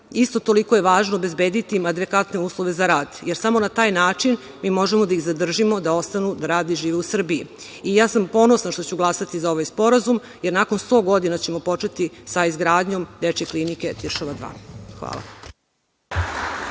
isto toliko je važno obezbediti adekvatne uslove za rad, jer samo na taj način mi možemo da ih zadržimo da ostanu i da rade, žive u Srbiji. Ja sam ponosna što ću glasati za ovaj sporazum, jer nakon 100 godina ćemo početi sa izgradnjom dečje klinike „Tiršova 2“. Hvala.